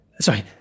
Sorry